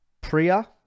Priya